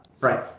Right